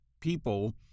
people